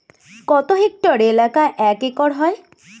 কত হেক্টর এলাকা এক একর হয়?